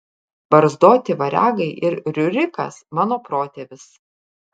barzdoti variagai ir riurikas mano protėvis